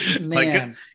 Man